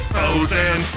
Frozen